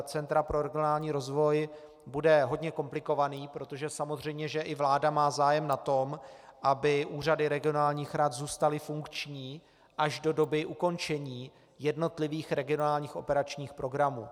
Centra pro regionální rozvoj bude hodně komplikovaný, protože samozřejmě i vláda má zájem na tom, aby úřady regionálních rad zůstaly funkční až do doby ukončení jednotlivých regionálních operačních programů.